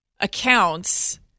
accounts